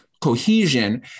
cohesion